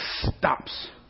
stops